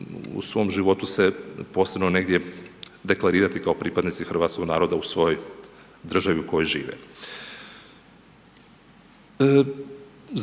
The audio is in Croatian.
u svom životu se posebno negdje deklarirati kao pripadnici hrvatskog naroda u svojoj državi u kojoj žive.